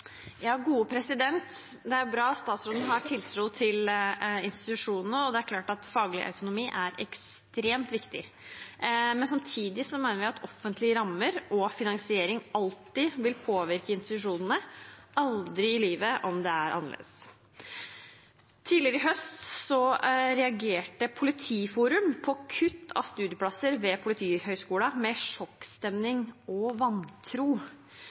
Det er bra at statsråden har tiltro til institusjonene, og det er klart at faglig autonomi er ekstremt viktig. Men samtidig mener vi at offentlige rammer og finansiering alltid vil påvirke institusjonene. «Aldri i livet» om det er annerledes. Tidligere i høst reagerte Politiforum på kutt av studieplasser ved Politihøgskolen med sjokkstemning og